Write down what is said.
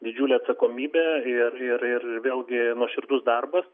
didžiulė atsakomybė ir ir ir vėlgi nuoširdus darbas